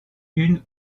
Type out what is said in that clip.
une